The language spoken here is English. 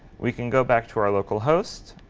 we can go back to our local host.